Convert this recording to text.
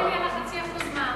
לא ענית לי על 0.5% המע"מ.